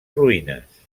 ruïnes